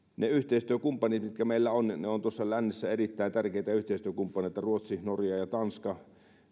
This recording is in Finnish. ne yhteistyökumppanit mitkä meillä on ovat tuossa lännessä erittäin tärkeitä yhteistyökumppaneita ruotsi norja ja tanska